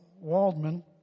Waldman